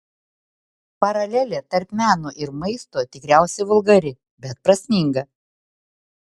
paralelė tarp meno ir maisto tikriausiai vulgari bet prasminga